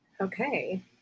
Okay